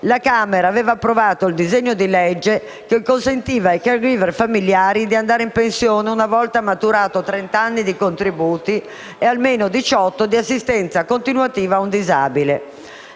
la Camera aveva approvato il disegno di legge che consentiva ai *caregiver* familiari di andare in pensione una volta maturato trent'anni di contributi e almeno diciotto anni di assistenza continuativa ad un disabile.